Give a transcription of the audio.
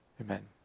Amen